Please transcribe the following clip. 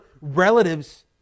relatives